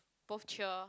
both cheer